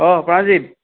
অঁ প্ৰাণজিৎ